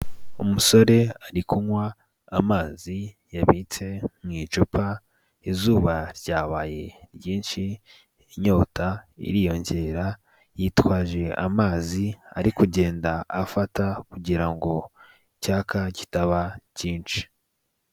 Umusore ari kunywa amazi yabitse mu icupa, izuba ryabaye ryinshi inyota iriyongera yitwaje amazi ari kugenda afata kugira ngo icyaka kitaba cyinshi.